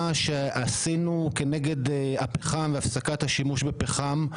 שעשינו כנגד הפחם והפסקת השימוש בפחם.